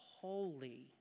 holy